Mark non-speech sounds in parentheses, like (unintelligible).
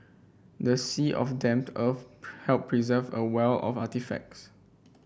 the sea of damp earth (unintelligible) helped preserve a wealth of artefacts